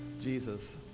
Jesus